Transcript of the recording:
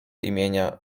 imienia